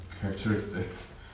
characteristics